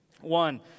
One